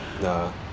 No